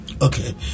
Okay